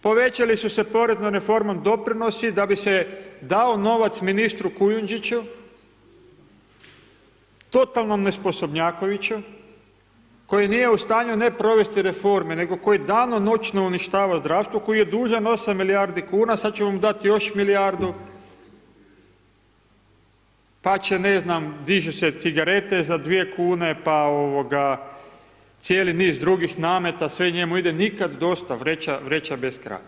Povećali su se poreznom reformom doprinosi da bi se dao novac ministru Kujundžiću, totalnom nesposobnjakoviću koji nije u stanju ne provesti reforme nego koji danonoćno uništava zdravstvu, koji je dužan 8 milijardi kuna, sad će vam dati još milijardu, pa će ne znam, dižu se cigarete za 2 kune, pa cijeli niz drugih nameta, sve njemu ide, nikad dosta, bez kraja.